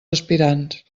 aspirants